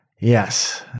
Yes